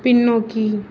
பின்னோக்கி